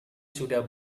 sudah